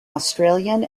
australian